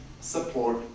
support